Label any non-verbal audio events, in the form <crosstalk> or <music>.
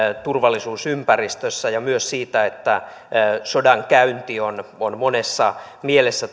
turvallisuusympäristössä ja myös siitä että sodankäynti taikka sota on monessa mielessä <unintelligible>